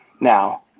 now